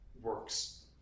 works